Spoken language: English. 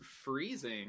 freezing